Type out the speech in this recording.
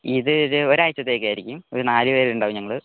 ഇത് ഇത് ഒരാഴ്ചത്തേക്കായിരിക്കും ഒരു നാലുപേരുണ്ടാവും ഞങ്ങള്